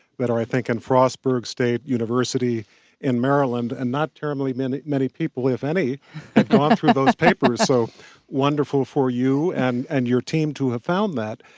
that are i think in frostburg state university in maryland. and not terribly many many people if any had gone through those papers. so wonderful for you and and your team to have found that.